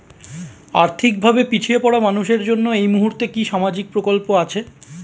আর্থিক ভাবে পিছিয়ে পড়া মানুষের জন্য এই মুহূর্তে কি কি সামাজিক প্রকল্প আছে?